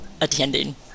attending